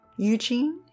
Eugene